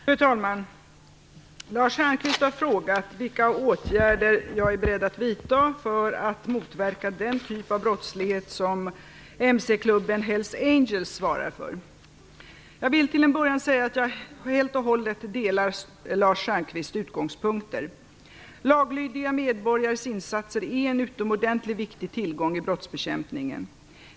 Fru talman! Lars Stjernkvist har fråga vilka åtgärder jag är beredd att vidta för att motverka den typ av brottslighet som mc-klubben Hells Angels svarar för. Jag vill till en början säga att jag helt och hållet delar Lars Stjernkvists utgångspunkter. Laglydiga medborgares insatser är en utomordentligt viktig tillgång i brottsbekämpningen.